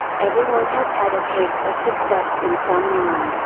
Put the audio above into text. everyone has had a taste of success in some line,